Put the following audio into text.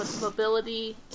mobility